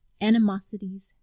animosities